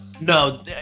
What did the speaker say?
No